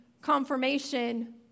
confirmation